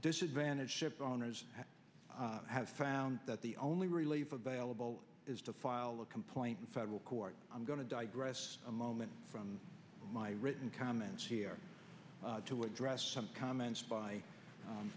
disadvantage shipowners have found that the only relief available is to file a complaint in federal court i'm going to digress a moment from my written comments here to address some comments by